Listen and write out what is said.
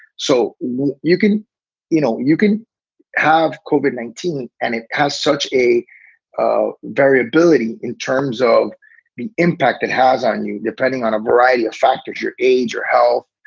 so you can you know, you can have kobe nineteen, and it has such a variability in terms of the impact it has on you, depending on a variety of factors, your age, your health,